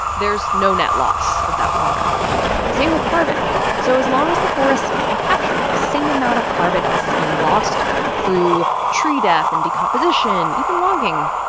there's no net loss of that water, right? same with carbon so as long as the forest can capture the same amount of carbon as is being lost through tree death and decomposition, even logging,